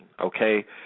okay